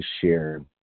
shared